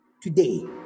today